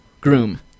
groom